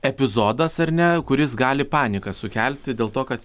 epizodas ar ne kuris gali paniką sukelti dėl to kad